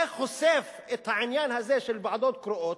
זה חושף את זה, העניין הזה של ועדות קרואות,